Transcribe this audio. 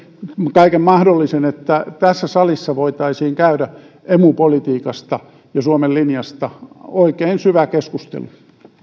kaiken mahdollisen että tässä salissa voitaisiin käydä emu politiikasta ja suomen linjasta oikein syvä keskustelu